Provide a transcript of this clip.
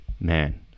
Man